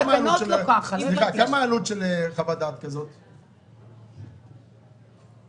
חוות דעת כזאת?